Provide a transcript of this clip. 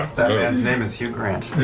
that man's name is hugh grant.